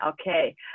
okay